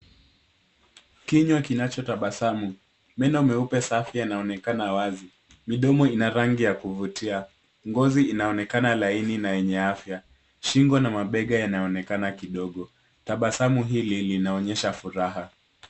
Kinywa kinachotabasamu, meno meupe safi yanaonekana wazi. Midomo ina rangi ya kuvutia, ngozi inaonekana laini na yenye afya. Shingo na mabega yanaonekana kidogo, tabasamu hili linaonyesha furaha.